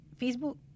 Facebook